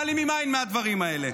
מעלימים עין מהדברים האלה.